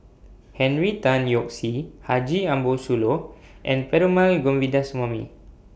Henry Tan Yoke See Haji Ambo Sooloh and Perumal Govindaswamy